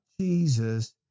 Jesus